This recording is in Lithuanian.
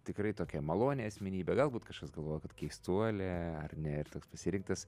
tikrai tokią malonią asmenybę galbūt kažkas galvojo kad keistuolė ar ne ir toks pasirinktas